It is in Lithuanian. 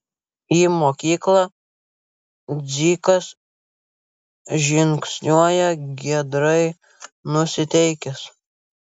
į mokyklą dzikas žingsniuoja giedrai nusiteikęs